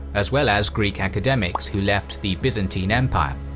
as well as greek academics who left the byzantine empire.